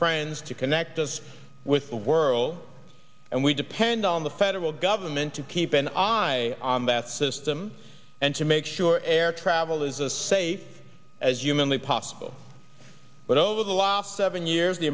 friends to connect us with the world and we depend on the federal government to keep an eye on that system and to make sure air travel is a safe as humanly possible but over the last seven years the